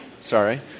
Sorry